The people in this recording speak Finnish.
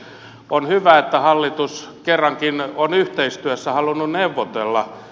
on hyvä että hallitus kerrankin on yhteistyössä halunnut neuvotella